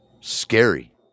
Scary